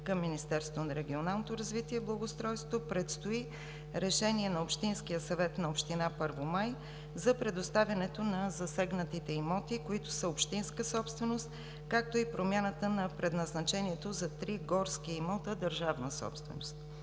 към Министерството на регионалното развитие и благоустройството. Предстои решение на Общинския съвет на община Първомай за предоставянето на засегнатите имоти, които са общинска собственост, както и промяната на предназначението за три горски имота – държавна собственост.